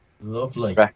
Lovely